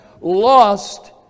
lost